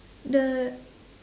the